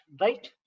right